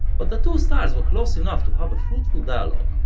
but the two styles were close enough to have a fruitful dialogue,